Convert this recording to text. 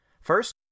First